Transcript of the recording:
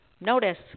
Notice